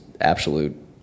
absolute